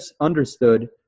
understood